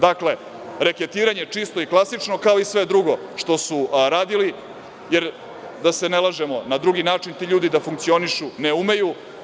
Dakle, reketiranje čisto i klasično, kao i sve drugi što su radili, jer da se ne lažemo, na drugi način ti ljudi da funkcionišu ne umeju.